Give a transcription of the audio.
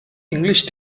english